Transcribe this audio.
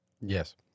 Yes